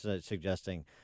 suggesting